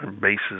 bases